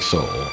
Soul